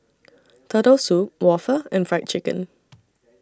Turtle Soup Waffle and Fried Chicken